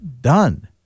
done